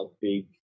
big